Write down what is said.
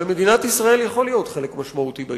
למדינת ישראל יכול להיות חלק משמעותי בהתמודדות.